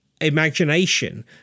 imagination